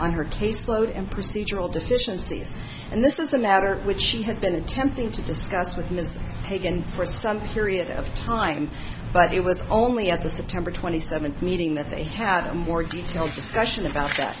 on her caseload and procedural deficiencies and this is a matter which she had been attempting to discuss with mr hagan for some period of time but it was only at the temper twenty seventh meeting that they had a more detailed discussion about that